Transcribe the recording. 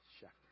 shepherd